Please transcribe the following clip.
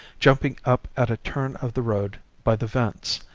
jumping up at a turn of the road by the vents,